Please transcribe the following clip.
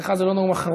אצלך זה לא נאום אחרון,